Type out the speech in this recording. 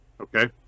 Okay